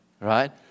right